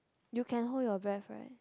you can hold your breath right